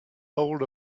hold